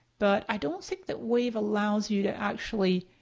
but i don't think that wave allows you to actually